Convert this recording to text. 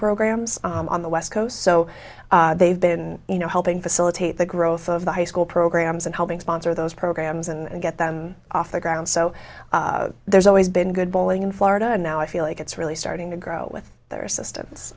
programs on the west coast so they've been you know helping facilitate the growth of the high school programs and helping sponsor those programs and get them off the ground so there's always been good bowling in florida and now i feel like it's really starting to grow with their